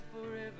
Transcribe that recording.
forever